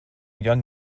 young